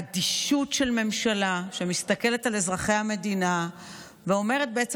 אדישות של ממשלה שמסתכלת על אזרחי המדינה ובעצם